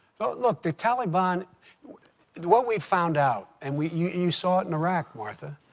look, the taliban what we've found out and we you you saw it in iraq, martha.